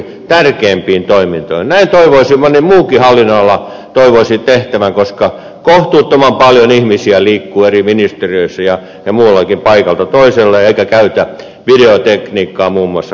näin toivoisin monella muullakin hallinnonalalla tehtävän koska kohtuuttoman paljon ihmisiä liikkuu eri ministeriöissä ja muuallakin paikalta toiselle eikä käytä muun muassa videotekniikkaa hyväkseen